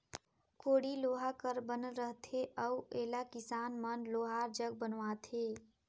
कोड़ी लोहा कर बनल रहथे अउ एला किसान मन लोहार जग बनवाथे